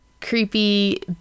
creepy